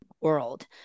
world